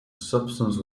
substance